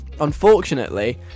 Unfortunately